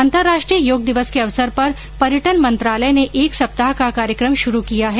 अंतरराष्ट्रीय योग दिवस के अवसर पर पर्यटन मंत्रालय ने एक सप्ताह का कार्यक्रम शुरू किया है